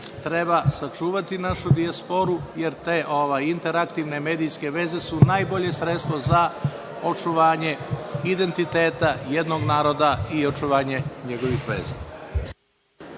treba sačuvati našu dijasporu, jer te interaktivne medijske veze su najbolje sredstvo za očuvanje identiteta jednog naroda i očuvanje njegovih veza.